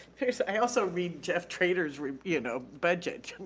i also read jeff trader's review you know budget. and